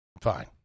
Fine